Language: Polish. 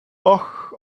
och